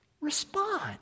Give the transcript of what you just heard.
respond